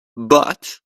but